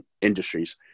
Industries